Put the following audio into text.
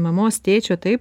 mamos tėčio taip